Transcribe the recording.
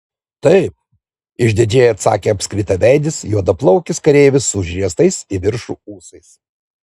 taip išdidžiai atsakė apskritaveidis juodaplaukis kareivis su užriestais į viršų ūsais